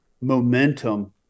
momentum